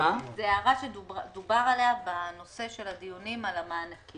זו הערה שדובר עליה בנושא של הדיונים על המענקים.